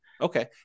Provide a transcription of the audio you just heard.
Okay